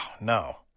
no